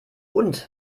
und